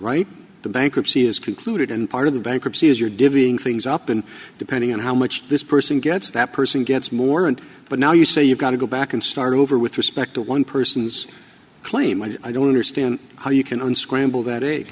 right the bankruptcy is concluded and part of the bankruptcy is you're giving things up and depending on how much this person gets that person gets more and but now you say you've got to go back and start over with respect to one person's claim and i don't understand how you can unscramble that